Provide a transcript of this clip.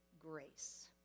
grace